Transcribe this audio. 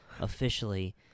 officially